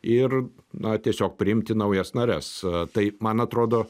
ir na tiesiog priimti naujas nares taip man atrodo